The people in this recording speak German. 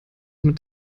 mit